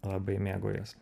labai mėgaujuos